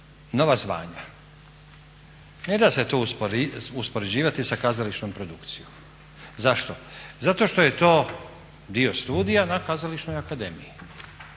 nova zvanja, ne da se to uspoređivati sa kazališnom produkcijom. Zašto? Zato što je to dio studija na Kazališnoj akademiji.